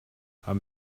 haben